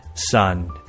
son